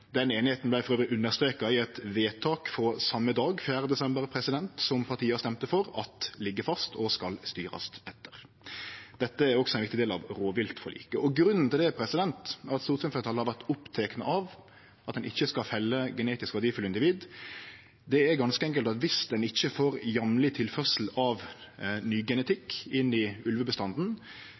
Den einigheita vart elles understreka i eit vedtak frå same dag, 4. desember, der partia stemte for at det ligg fast og skal styrast etter. Dette er også ein viktig del av rovviltforliket. Grunnen til at stortingsfleirtalet har vore oppteke av at ein ikkje skal felle genetisk verdifulle individ, er ganske enkelt at viss ein ikkje får jamn tilførsel av ny genetikk inn i ulvebestanden,